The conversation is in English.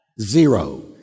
zero